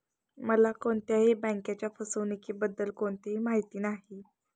मला कोणत्याही बँकेच्या फसवणुकीबद्दल कोणतीही माहिती नाही